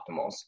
optimals